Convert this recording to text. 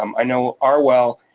um i know our well,